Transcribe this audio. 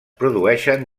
produeixen